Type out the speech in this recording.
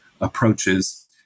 approaches